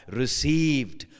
received